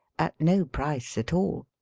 at no price at all.